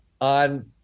on